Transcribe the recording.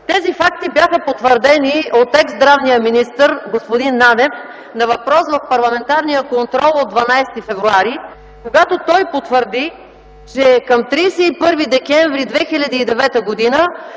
Тези факти бяха потвърдени от ексздравния министър господин Нанев на въпрос в парламентарния контрол от 12 февруари, когато той потвърди, че към 31 декември 2009 г.